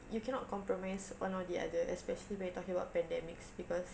you cannot compromise one or the other especially when we're talking about pandemics because